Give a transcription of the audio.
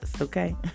Okay